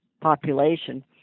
population